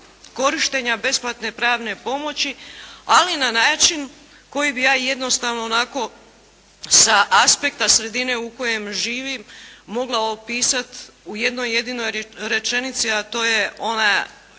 korištenja besplatne pravne pomoći, ali na način koji bi ja jednostavno onako sa aspekta sredine u kojoj živim, mogla opisati u jednoj jedinoj rečenici, a to je ona